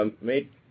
made